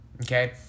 okay